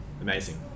amazing